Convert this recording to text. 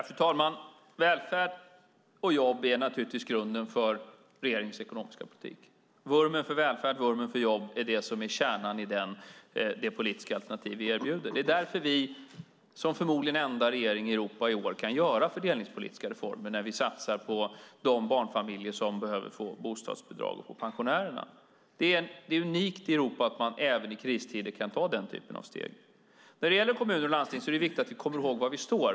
Fru talman! Välfärd och jobb är naturligtvis grunden för regeringens ekonomiska politik. Vurmen för välfärd och vurmen för jobb är kärnan i det politiska alternativ vi erbjuder. Det är därför vi, som förmodligen enda regering i Europa i år, kan göra fördelningspolitiska reformer när vi satsar på de barnfamiljer som behöver bostadsbidrag och på pensionärerna. Det är unikt i Europa att man även i kristider kan ta den typen av steg. När det gäller kommuner och landsting är det viktigt att vi kommer ihåg var vi står.